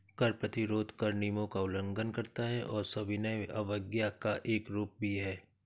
कर प्रतिरोध कर नियमों का उल्लंघन करता है और सविनय अवज्ञा का एक रूप भी है